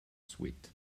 sweet